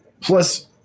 plus